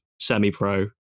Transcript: semi-pro